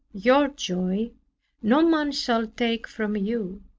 your joy no man shall take from you.